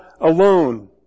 alone